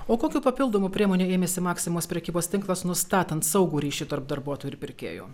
o kokių papildomų priemonių ėmėsi maksimos prekybos tinklas nustatant saugų ryšį tarp darbuotojų ir pirkėjų